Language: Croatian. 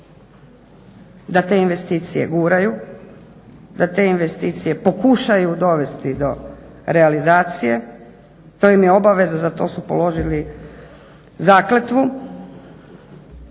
da te investicije guraju, da te investicije pokušaju dovesti do realizacije. To im je obaveza, za to su položili zakletvu.